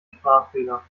sprachfehler